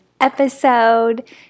episode